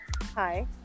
Hi